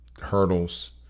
hurdles